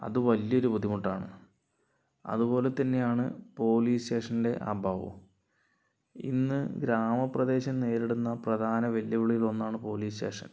അത് വലിയൊരു ബുദ്ധിമുട്ടാണ് അതുപോലെ തന്നെയാണ് പോലീസ് സ്റ്റേഷൻ്റെ അഭാവവും ഇന്ന് ഗ്രാമ പ്രദേശം നേരിടുന്ന പ്രധാന വെല്ലുവിളികൾ ഒന്നാണ് പോലീസ് സ്റ്റേഷൻ